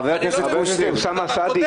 חבר הכנסת קושניר, תנו לו לדבר.